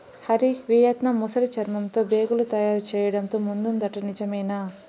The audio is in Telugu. హరి, వియత్నాం ముసలి చర్మంతో బేగులు తయారు చేయడంతో ముందుందట నిజమేనా